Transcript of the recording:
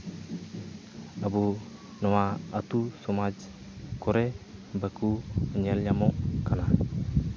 ᱟᱹᱵᱩ ᱱᱚᱣᱟ ᱟᱛᱳ ᱥᱚᱢᱟᱡᱽ ᱠᱚᱨᱮ ᱵᱟᱹᱠᱩ ᱧᱮᱞ ᱧᱟᱢᱚᱜ ᱠᱟᱱᱟ